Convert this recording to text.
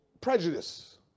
prejudice